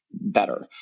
better